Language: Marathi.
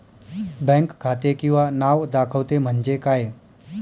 बँक खाते किंवा नाव दाखवते म्हणजे काय?